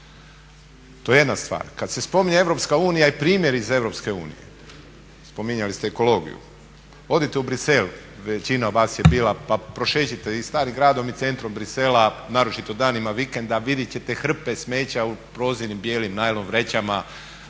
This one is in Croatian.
To je jedna stvar. Kada se spominje Europska unija i primjer iz Europske unije, spominjali ste ekologiju, odite u Brisel, većina vas je bila, pa prošećite i starim gradom i centrom Brisela, naročito danima vikenda vidjeti ćete hrpe smeća u prozirnim bijelim najlon vrećama